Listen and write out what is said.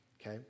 Okay